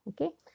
okay